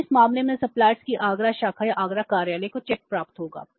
फिर इस मामले में सप्लायर्स की आगरा शाखा या आगरा कार्यालय को चेक प्राप्त होगा